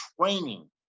training